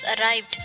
arrived